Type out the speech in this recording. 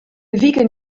wiken